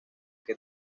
que